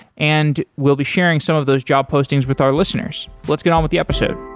and we'll be sharing some of those job postings with our listeners. let's get on with the episode